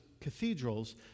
cathedrals